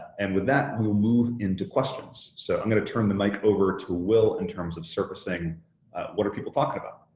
and with that will move into questions. so, i'm going to turn the mic over to will in terms of servicing what are people talking about?